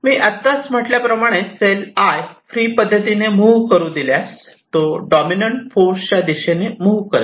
मी आत्ताच म्हटल्याप्रमाणे cell 'I' free पद्धतीने मुव्ह करू दिल्यास तो डॉमिनंट फोर्स च्या दिशेने मुव्ह करेल